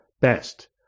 best